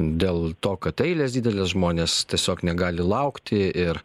dėl to kad eilės didelės žmonės tiesiog negali laukti ir